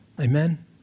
Amen